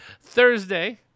Thursday –